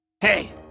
Hey